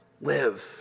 live